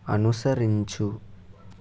అనుసరించు